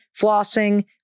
flossing